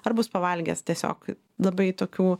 ar bus pavalgęs tiesiog labai tokių